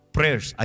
Prayers